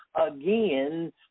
again